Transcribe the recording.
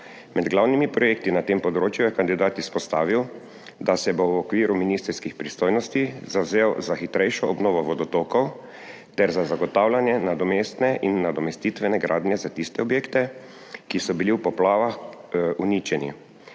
Med glavnimi projekti na tem področju je kandidat izpostavil, da se bo v okviru ministrskih pristojnosti zavzel za hitrejšo obnovo vodotokov ter za zagotavljanje nadomestne in nadomestitvene gradnje za tiste objekte, ki so bili v poplavah uničeni,